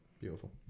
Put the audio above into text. Beautiful